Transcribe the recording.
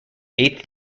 eighth